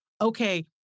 okay